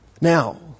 Now